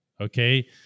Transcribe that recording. okay